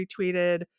retweeted